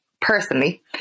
personally